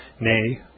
nay